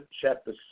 chapter